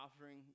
offering